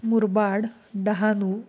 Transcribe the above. Murbad Dahanu